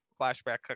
flashback